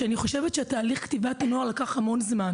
אני חושבת שתהליך כתיבת הנוהל לקח המון זמן